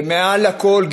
ומעל הכול,